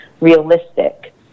realistic